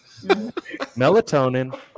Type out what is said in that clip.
melatonin